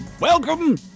welcome